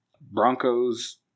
Broncos